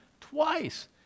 Twice